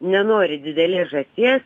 nenori didelės žąsies